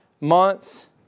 month